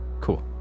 Cool